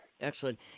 Excellent